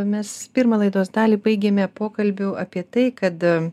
mes pirmą laidos dalį baigėme pokalbiu apie tai kad